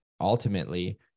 ultimately